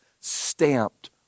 stamped